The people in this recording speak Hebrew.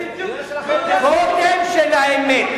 קודם של האמת.